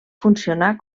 funcionar